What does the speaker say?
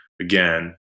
again